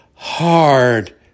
hard